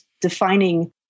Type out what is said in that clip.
defining